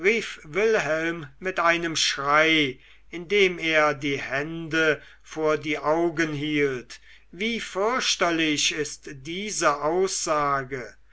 mit einem schrei indem er die hände vor die augen hielt wie fürchterlich ist diese aussage